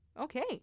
okay